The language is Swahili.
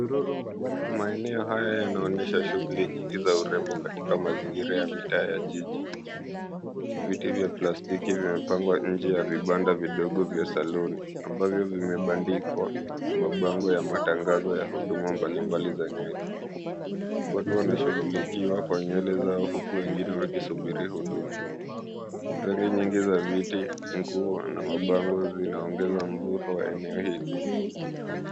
Maeneo haya yanaonyesha shughuli nyingi za urembo katika mazingira ya mitaa ya jiji. Viti vya plastiki vimepangwa nje ya vibanda vidogo vya saluni, ambavyo vimebandikwa mabango ya matangazo ya huduma mbalimbali za nywele. Watu wanashughulikiwa kwa nywele zao, huku wengine wakisubiri huduma. Rangi nyingi za viti, nguo na mabango zinaongeza mvuto wa eneo hili.